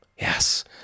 Yes